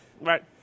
Right